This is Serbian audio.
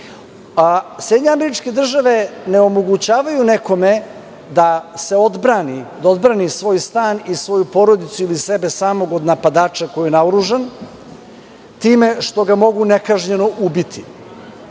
Sjedinjene Američke Države ne omogućavaju nekome da se odbrani, da obrani svoj stan i svoju porodicu ili sebe samog od napadača koji je naoružan, time što ga mogu nekažnjeno ubiti,